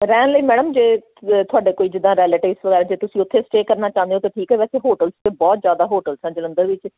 ਰਹਿਣ ਲਈ ਮੈਡਮ ਜੇ ਤੁਹਾਡੇ ਕੋਈ ਜਿੱਦਾਂ ਰਿਲੇਟਵਿਸ ਵਗੈਰਾ ਜੇ ਤੁਸੀਂ ਉੱਥੇ ਸਟੇ ਕਰਨਾ ਚਾਹੁੰਦੇ ਹੋ ਤਾਂ ਠੀਕ ਹੈ ਵੈਸੇ ਹੋਟਲ 'ਚ ਅਤੇ ਬਹੁਤ ਜ਼ਿਆਦਾ ਹੋਟਲ ਸਨ ਜਲੰਧਰ ਵਿੱਚ